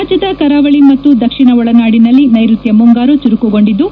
ರಾಜ್ಯದ ಕರಾವಳಿ ಮತ್ತು ದಕ್ಷಿಣ ಒಳನಾಡಿನಲ್ಲಿ ನೈರುತ್ಯ ಮುಂಗಾರು ಚುರುಕುಗೊಂಡಿದ್ದು